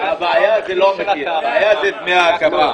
הבעיה זה לא המחיר, הבעיה היא דמי הקמה.